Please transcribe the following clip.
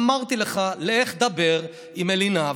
אמרתי לך: לך דבר עם אלינב,